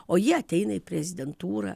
o ji ateina į prezidentūrą